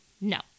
No